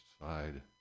side